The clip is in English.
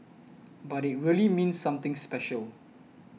but it really means something special